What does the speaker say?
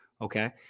okay